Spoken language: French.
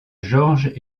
georges